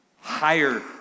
Higher